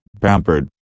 pampered